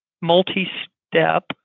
multi-step